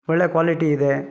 ಒಳ್ಳೆಯ ಕ್ವಾಲಿಟಿ ಇದೆ